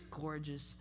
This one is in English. gorgeous